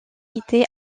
était